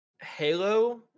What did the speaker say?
halo